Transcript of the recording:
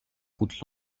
route